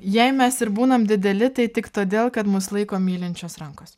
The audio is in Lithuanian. jei mes ir būnam dideli tai tik todėl kad mus laiko mylinčios rankos